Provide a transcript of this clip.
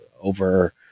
over